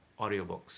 audiobooks